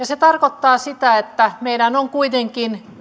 se tarkoittaa sitä että meidän on kuitenkin